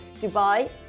Dubai